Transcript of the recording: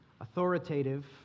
authoritative